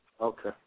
Okay